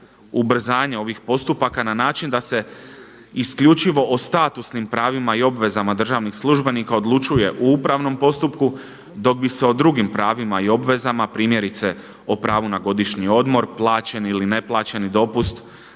ubrzanje ovih postupaka na način da se isključivo o statusnim pravima i obvezama državnih službenika odlučuje u upravnom postupku, dok bi se o drugim pravima i obvezama, primjerice o pravu na godišnji odmor, plaćeni ili neplaćeni dopust,